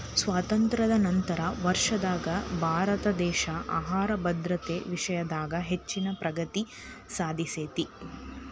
ಸ್ವಾತಂತ್ರ್ಯ ನಂತರದ ವರ್ಷದಾಗ ಭಾರತದೇಶ ಆಹಾರ ಭದ್ರತಾ ವಿಷಯದಾಗ ಹೆಚ್ಚಿನ ಪ್ರಗತಿ ಸಾಧಿಸೇತಿ